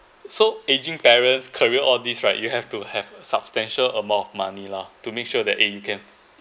so ageing parents career all this right you have to have substantial amount of money lah to make sure that eh you can